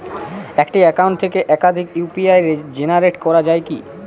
একটি অ্যাকাউন্ট থেকে একাধিক ইউ.পি.আই জেনারেট করা যায় কি?